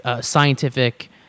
scientific